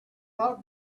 doc